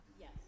Yes